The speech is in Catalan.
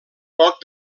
poc